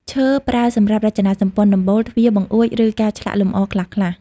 ឈើ: ប្រើសម្រាប់រចនាសម្ព័ន្ធដំបូល ទ្វារ បង្អួច ឬការឆ្លាក់លម្អខ្លះៗ។